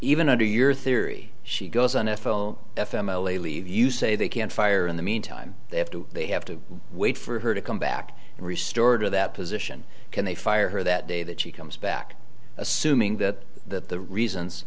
even under your theory she goes on f l f m l a leave you say they can't fire in the meantime they have to they have to wait for her to come back and restore to that position can they fire her that day that she comes back assuming that that the reasons